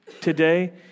today